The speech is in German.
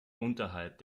unterhalb